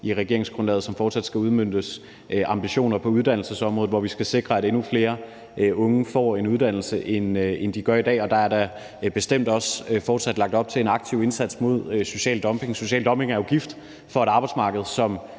i regeringsgrundlaget, som fortsat skal udmøntes, og der er ambitioner på uddannelsesområdet, hvor vi skal sikre, at endnu flere får en uddannelse end i dag. Og der er da bestemt også fortsat lagt op til en aktiv indsats mod social dumping. Social dumping er jo gift for et arbejdsmarked